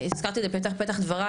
הזכרתי את זה בפתח דבריי,